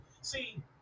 See